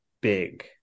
big